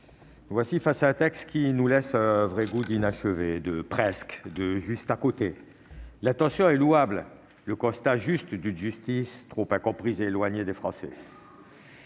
voici face à un texte qui nous laisse un vrai goût d'inachevé, de « presque », de « juste à côté ». L'intention est louable. Le constat d'une justice trop incomprise et éloignée des Français